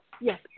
Yes